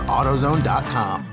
AutoZone.com